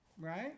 Right